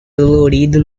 dolorido